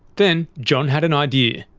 then john had an idea.